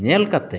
ᱧᱮᱞ ᱠᱟᱛᱮ